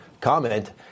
comment